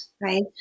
right